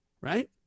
right